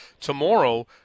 tomorrow